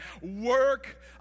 work